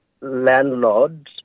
landlords